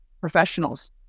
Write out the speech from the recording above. professionals